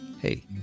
Hey